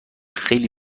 خیلی